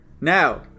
Now